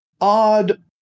Odd